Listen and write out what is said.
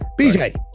BJ